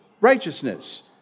righteousness